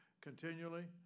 continually